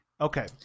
Okay